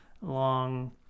long